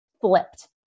flipped